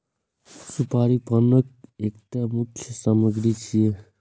सुपारी पानक एकटा मुख्य सामग्री छियै